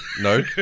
No